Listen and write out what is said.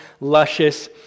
luscious